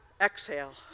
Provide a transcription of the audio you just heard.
exhale